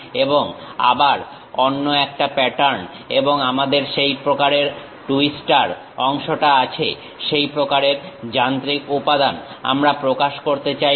এবং আবার অন্য একটা প্যাটার্ন এবং আমাদের সেই টুইস্টার প্রকারের অংশটা আছে সেই প্রকারের যান্ত্রিক উপাদান আমরা প্রকাশ করতে চাইবো